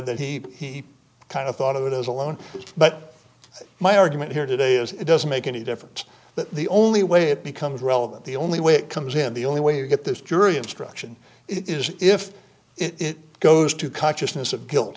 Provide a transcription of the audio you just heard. that he kind of thought of it as alone but my argument here today is it doesn't make any difference that the only way it becomes relevant the only way it comes in the only way you get this jury instruction is if it goes to consciousness of guilt